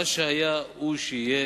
מה שהיה הוא שיהיה